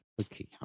okay